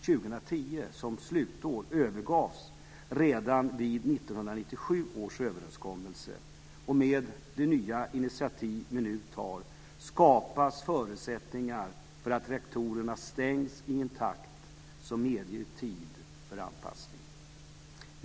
2010 som slutår övergavs redan vid 1997 års överenskommelse, och med det nya initiativ som vi nu tar skapas nya förutsättningar för att reaktorerna ska stängas i en takt som medger tid för anpassning.